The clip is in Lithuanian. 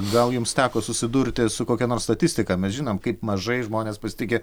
gal jums teko susidurti su kokia nors statistika mes žinom kaip mažai žmonės pasitiki